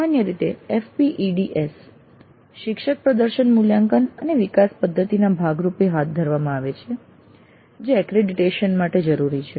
સામાન્ય રીતે આ FPEDS શિક્ષક પ્રદર્શન મૂલ્યાંકન અને વિકાસ પદ્ધતિ ના ભાગ રૂપે હાથ ધરવામાં આવે છે જે એક્રિડિટેશન માટે જરૂરી છે